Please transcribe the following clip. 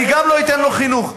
אני גם לא אתן לו חינוך.